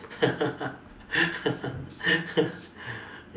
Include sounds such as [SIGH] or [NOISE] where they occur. [LAUGHS]